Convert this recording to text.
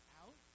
out